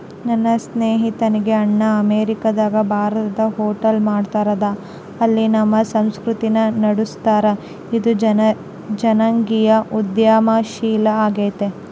ನನ್ನ ಸ್ನೇಹಿತೆಯ ಅಣ್ಣ ಅಮೇರಿಕಾದಗ ಭಾರತದ ಹೋಟೆಲ್ ಮಾಡ್ತದರ, ಅಲ್ಲಿ ನಮ್ಮ ಸಂಸ್ಕೃತಿನ ನಡುಸ್ತದರ, ಇದು ಜನಾಂಗೀಯ ಉದ್ಯಮಶೀಲ ಆಗೆತೆ